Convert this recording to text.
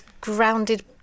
grounded